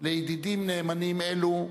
לידידים נאמנים אלו,